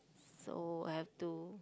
so I have to